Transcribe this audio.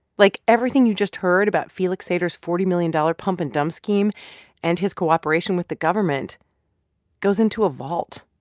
like, everything you just heard about felix sater's forty million dollars pump-and-dump scheme and his cooperation with the government goes into a vault.